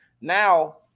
now